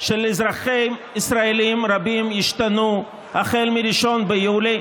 של אזרחים ישראלים רבים ישתנו החל מ-1 ביולי.